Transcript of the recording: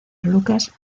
lucas